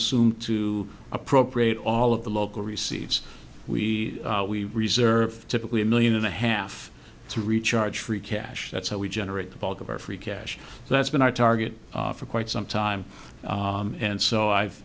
assume to appropriate all of the local receipts we we reserve typically a million and a half to recharge free cash that's how we generate the bulk of our free cash that's been our target for quite some time and so i've